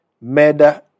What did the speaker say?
murder